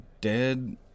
dead